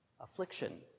Affliction